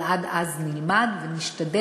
אבל עד אז נלמד ונשתדל,